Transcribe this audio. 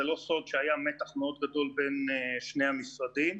זה לא סוד שהיה מתח גדול מאוד בין שני המשרדים,